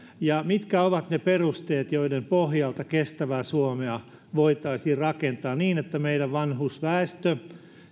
ja mitkä ovat ne perusteet joiden pohjalta kestävää suomea voitaisiin rakentaa niin että meidän vanhusväestömme